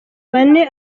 bane